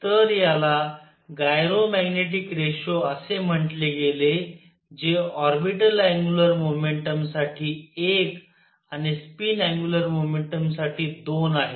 तर याला gyromagnetic ratio असे म्हटले गेले जे ऑर्बिटल अँग्युलर मोमेंटम साठी एक आणि स्पिन अँग्युलर मोमेंटमसाठी 2 आहे